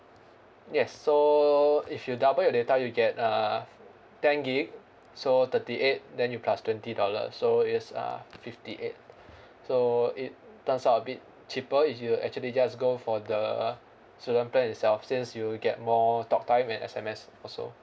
yes so if you double your data you get uh ten gigabyte so thirty eight then you plus twenty dollars so it's uh fifty eight so it comes out a bit cheaper if you actually just go for the student plan itself since you will get more talk time and S_M_S also